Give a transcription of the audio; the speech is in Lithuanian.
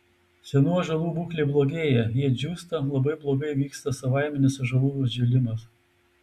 senų ąžuolų būklė blogėja jie džiūsta labai blogai vyksta savaiminis ąžuolų atžėlimas